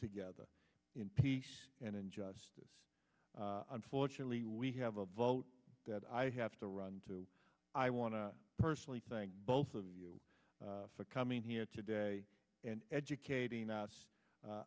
together in peace and in justice unfortunately we have a vote that i have to run to i want to personally thank both of you for coming here today and educating us